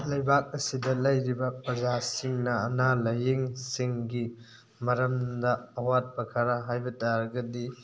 ꯂꯩꯕꯥꯛ ꯑꯁꯤꯗ ꯂꯩꯔꯤꯕ ꯄ꯭ꯔꯖꯥꯁꯤꯡꯅ ꯑꯅꯥ ꯂꯥꯏꯌꯦꯡꯁꯤꯡꯒꯤ ꯃꯔꯝꯗ ꯑꯋꯥꯠꯄ ꯈꯔ ꯍꯥꯏꯕ ꯇꯥꯔꯒꯗꯤ